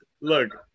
look